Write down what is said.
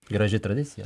graži tradicija